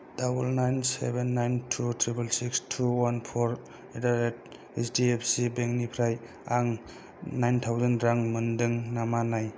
double nine seven nine two triple six two one four एडारेड S D F C बेंकनिफ्राय आं nine thousand रां मोन्दों नामा नाय